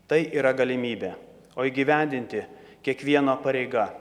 tai yra galimybė o įgyvendinti kiekvieno pareiga